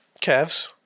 Cavs